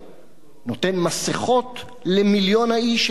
נותן מסכות למיליון האיש שאין להם?